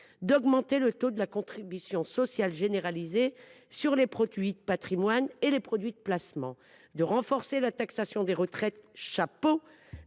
d’augmenter le taux de la contribution sociale généralisée sur les produits de patrimoine et les produits de placement ; de renforcer la taxation des retraites chapeaux